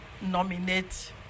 nominate